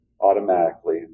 automatically